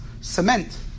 cement